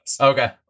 Okay